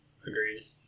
Agreed